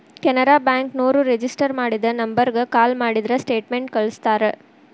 Canara bank ನೋರು register ಮಾಡಿದ ನಂಬರ್ಗ ಕಾಲ ಮಾಡಿದ್ರ ಸ್ಟೇಟ್ಮೆಂಟ್ ಕಳ್ಸ್ತಾರ